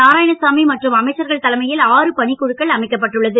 நாராயணசாமி மற்றும் அமைச்சர்கள் தலைமையில் ஆறு பணிக்குழுக்கள் அமைக்கப்பட்டுள்ளது